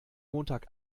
montag